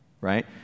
right